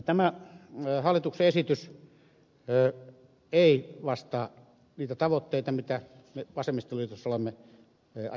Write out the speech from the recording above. tämä hallituksen esitys ei vastaa niitä tavoitteita joita me vasemmistoliitossa olemme ajatelleet